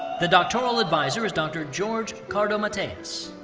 the doctoral advisor is dr. george kardomateas.